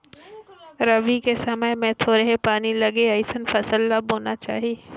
रबी के समय मे थोरहें पानी लगे अइसन फसल ल बोना चाही